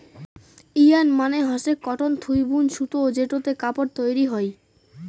yarn মানে হসে cotton থুই বুন সুতো যেটোতে কাপড় তৈরী হই